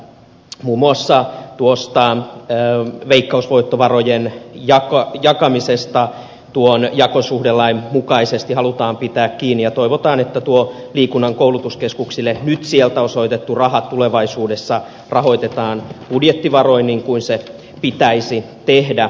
on hyvä että muun muassa veikkausvoittovarojen jakamisesta tuon jakosuhdelain mukaisesti halutaan pitää kiinni ja toivotaan että tuo liikunnan koulutuskeskuksille nyt sieltä osoitettu raha tulevaisuudessa rahoitetaan budjettivaroin niin kuin se pitäisi tehdä